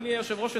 אדוני היושב-ראש,